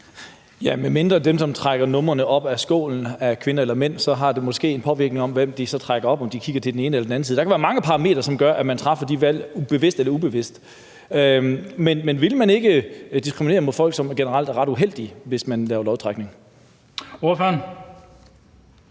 hvem der trækker numrene op af skålen – om det er kvinder eller mænd – har det måske en påvirkning, i forhold til hvem de så trækker op; om de kigger til den ene eller den anden side. Der kan være mange parametre, som gør, at man træffer de valg – bevidst eller ubevidst. Men vil man ikke diskriminere mod folk, som generelt er ret uheldige, hvis man laver lodtrækning? Kl.